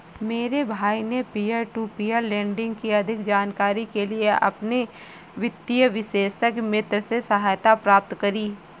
मेरे भाई ने पियर टू पियर लेंडिंग की अधिक जानकारी के लिए अपने वित्तीय विशेषज्ञ मित्र से सहायता प्राप्त करी